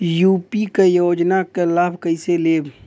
UP क योजना क लाभ कइसे लेब?